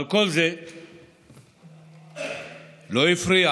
אבל כל זה לא הפריע